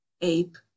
Ape